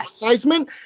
advertisement